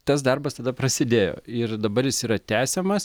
tas darbas tada prasidėjo ir dabar jis yra tęsiamas